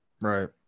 Right